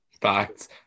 Facts